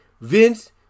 Vince